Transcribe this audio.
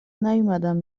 نیومدم